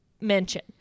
mention